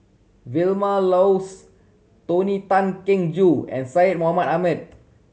Vilma Laus Tony Tan Keng Joo and Syed Mohamed Ahmed